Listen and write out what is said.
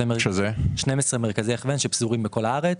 יש 12 מרכזי הכוון שמפוזרים בכל הארץ.